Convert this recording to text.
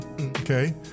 Okay